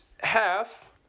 half